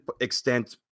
extent